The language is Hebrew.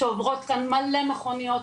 שעוברות בו מלא מכוניות,